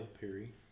Perry